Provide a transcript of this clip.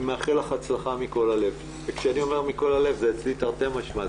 אני מאחל לך הצלחה מכל הלב וכשאני אומר מכל הלב זה אצלי תרתי משמע,